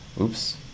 oops